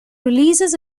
releases